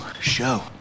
show